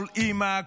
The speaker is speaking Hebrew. כל אימא,